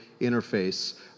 interface